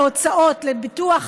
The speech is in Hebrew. להוצאות על ביטוח,